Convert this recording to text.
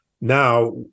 Now